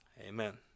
Amen